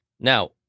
Now